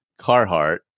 carhartt